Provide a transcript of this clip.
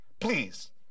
Please